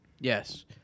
Yes